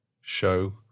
show